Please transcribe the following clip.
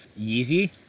Yeezy